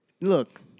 Look